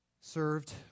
served